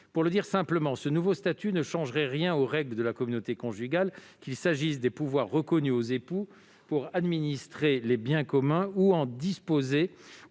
Pour le dire simplement, ce nouveau statut ne changerait rien aux règles de la communauté conjugale, qu'il s'agisse des pouvoirs reconnus aux époux pour administrer les biens communs ou en disposer,